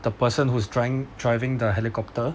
the person who's dri~ driving the helicopter